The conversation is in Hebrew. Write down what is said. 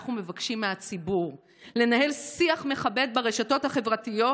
כשאנחנו מבקשים מהציבור לנהל שיח מכבד ברשתות החברתיות,